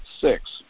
six